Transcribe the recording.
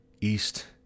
East